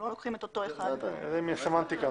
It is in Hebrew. זאת סמנטיקה.